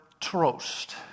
trost